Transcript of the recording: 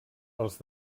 als